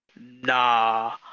nah